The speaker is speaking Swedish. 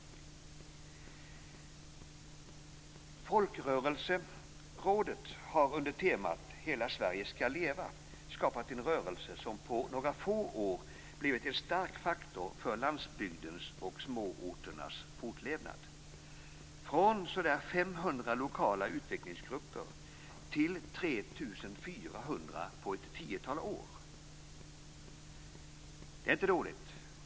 Folkrörelserådet har under temat "Hela Sverige skall leva" skapat en rörelse som på några få år blivit en stark faktor för landsbygdens och småorternas fortlevnad. Den har vuxit från 500 lokala utvecklingsgrupper till 3 400 på ett tiotal år. Det är inte dåligt.